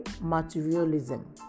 materialism